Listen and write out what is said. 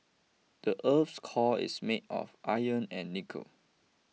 the earth's core is made of iron and nickel